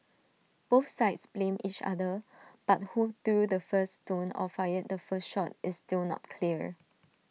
both sides blamed each other but who threw the first stone or fired the first shot is still not clear